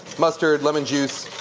mustard, lemon juice.